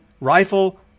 rifle